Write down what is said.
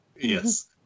Yes